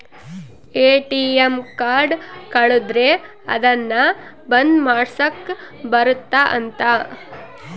ATM card ಕಳುದ್ರೆ ಅದುನ್ನ ಬಂದ್ ಮಾಡ್ಸಕ್ ಬರುತ್ತ ಅಂತ